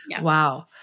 Wow